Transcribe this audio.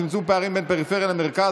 צמצום פערים בין פריפריה למרכז),